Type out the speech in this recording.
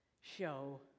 Show